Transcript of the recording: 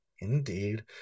indeed